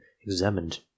examined